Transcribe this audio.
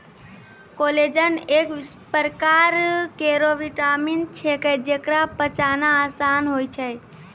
collagen एक परकार केरो विटामिन छिकै, जेकरा पचाना आसान होय छै